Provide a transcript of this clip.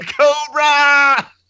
Cobra